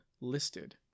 listed